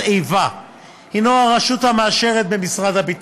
איבה הנו הרשות המאשרת במשרד הביטחון,